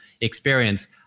experience